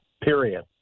period